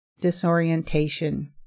Disorientation